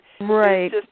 Right